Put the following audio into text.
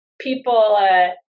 people